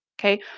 Okay